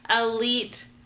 elite